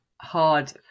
hard